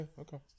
okay